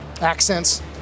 accents